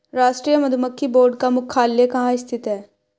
राष्ट्रीय मधुमक्खी बोर्ड का मुख्यालय कहाँ स्थित है?